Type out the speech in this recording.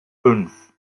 fünf